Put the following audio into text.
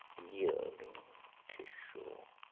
yielding tissue.